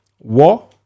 War